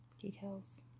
Details